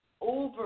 over